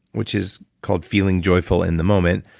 which is called, feeling joyful in the moment,